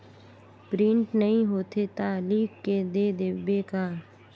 Print नइ होथे ता लिख के दे देबे का?